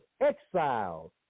exiled